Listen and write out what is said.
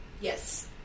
yes